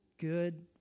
Good